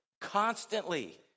constantly